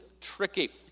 tricky